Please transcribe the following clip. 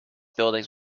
buildings